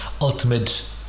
ultimate